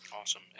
Awesome